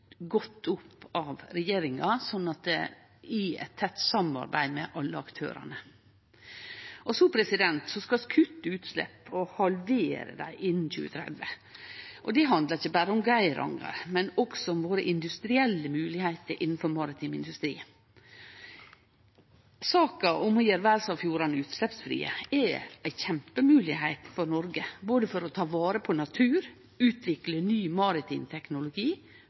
godt opp av regjeringa, i eit tett samarbeid med alle aktørane. Vi skal kutte utslepp og halvere dei innan 2030, og det handlar ikkje berre om Geiranger, men også om våre industrielle moglegheiter innanfor maritim industri. Saka om å gjere verdsarvfjordane utsleppsfrie er ei kjempemoglegheit for Noreg, både for å ta vare på natur, for å utvikle ny